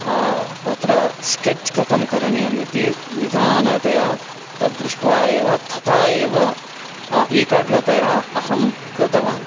तत्र स्केच् कथं करणीयमिति निधानतया तद् दृष्ट्वा एव तथा एव एकाग्रतया अहं कृतवान्